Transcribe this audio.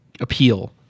appeal